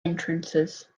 entrances